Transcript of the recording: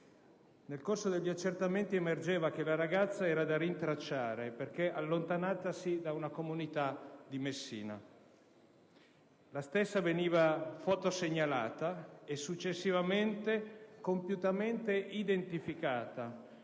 Nel corso degli accertamenti, emergeva che la ragazza era da rintracciare perché allontanatasi da una comunità di Messina. La stessa veniva fotosegnalata e, successivamente, compiutamente identificata,